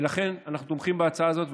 ולכן אנחנו תומכים בהצעה הזאת,